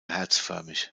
herzförmig